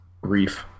grief